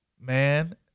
man